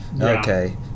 Okay